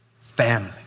family